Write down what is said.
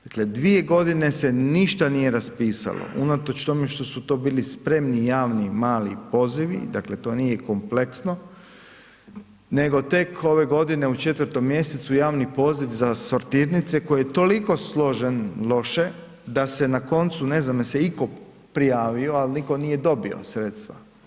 Dakle, dvije godine se ništa nije raspisalo unatoč tome što su to bili spremni javni mali pozivi, dakle to nije kompleksno, nego tek ove godine u 4 mjesecu javni poziv za sortirnice koji je toliko složen loše da se na koncu ne znam jel se itko prijavio, ali nitko nije dobio sredstva.